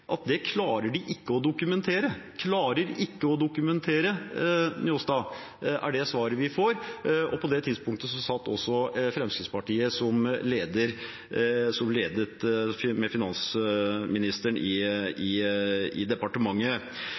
at det klarer de ikke å dokumentere – de klarer ikke å dokumentere det, er det svaret vi får. På det tidspunktet satt også Fremskrittspartiet